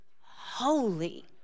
holy